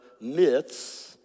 myths